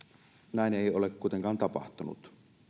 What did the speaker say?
näin ei ole kuitenkaan tapahtunut